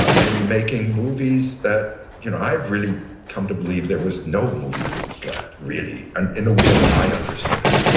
ah in making movies that you know, i've really come to believe there was no movie business left, really. and in the worlds i understood it.